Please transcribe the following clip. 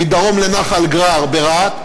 מדרום לנחל גרר, ברהט.